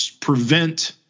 prevent